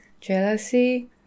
jealousy